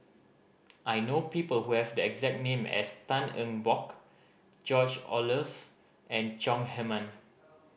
I know people who have the exact name as Tan Eng Bock George Oehlers and Chong Heman